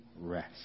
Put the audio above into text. rest